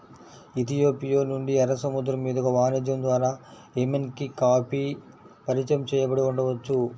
Ethiopia నుండి, ఎర్ర సముద్రం మీదుగా వాణిజ్యం ద్వారా ఎమెన్కి కాఫీ పరిచయం చేయబడి ఉండవచ్చు